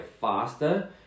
faster